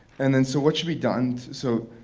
and then so what should be done so